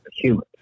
humans